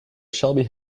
shelby